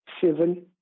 seven